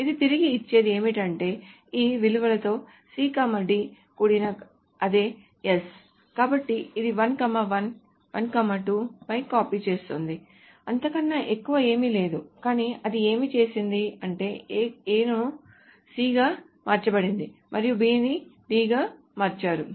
ఇది తిరిగి ఇచ్చేది ఏమిటంటే ఈ విలువలతో C D కూడిన అదే s కాబట్టి ఇది 1 1 1 2 పై కాపీ చేస్తుంది అంతకన్నా ఎక్కువ ఏమీ లేదు కానీ అది ఏమి చేసింది అంటే A ను C గా మార్చబడింది మరియు B ని D గా మార్చారు